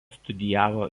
studijavo